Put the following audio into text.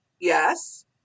Yes